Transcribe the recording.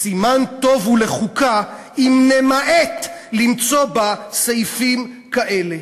"סימן טוב הוא לחוקה אם נמעט למצוא בה סעיפים כאלה".